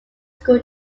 school